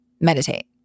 meditate